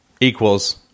Equals